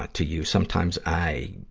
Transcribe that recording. to you. sometimes i,